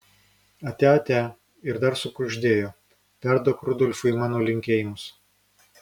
atia atia ir dar sukuždėjo perduok rudolfui mano linkėjimus